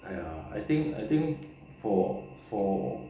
!aiya! I think I think for for